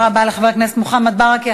תודה רבה לחבר הכנסת מוחמד ברכה.